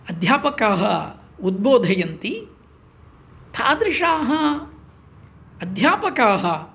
अध्यापकाः उद्बोधयन्ति तादृशाः अध्यापकाः